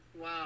Wow